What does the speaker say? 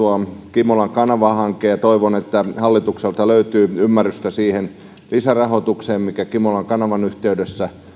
kimolan kanavahanke ja toivon että hallitukselta löytyy ymmärrystä siihen lisärahoitukseen mikä kimolan kanavan yhteydessä